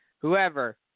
whoever